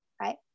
right